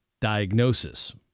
diagnosis